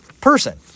person